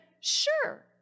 sure